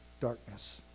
darkness